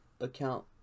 account